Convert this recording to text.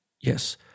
Yes